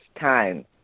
time